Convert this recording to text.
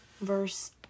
verse